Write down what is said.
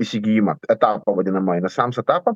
įsigijimą etapą vadinamąjį nasams etapą